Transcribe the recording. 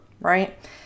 right